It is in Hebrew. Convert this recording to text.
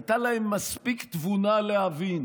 הייתה להם מספיק תבונה להבין